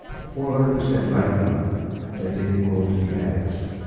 four hundred percent likely that they will grow up to be addicts.